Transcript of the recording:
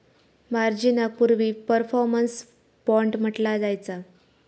मार्जिनाक पूर्वी performance bond म्हटला जायचा